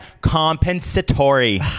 Compensatory